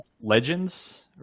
Legends